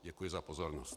Děkuji za pozornost.